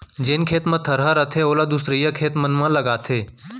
जेन खेत म थरहा रथे ओला दूसरइया खेत मन म लगाथें